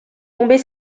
tomber